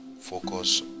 focus